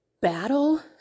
battle